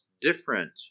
different